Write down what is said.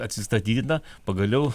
atsistatydina pagaliau